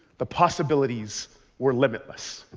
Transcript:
the possibilities were limitless.